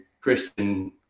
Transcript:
Christian